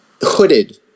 hooded